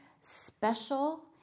special